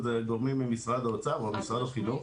זה גורמים ממשרד האוצר או ממשרד החינוך.